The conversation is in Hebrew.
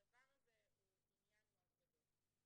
הדבר הזה הוא עניין מאוד גדול.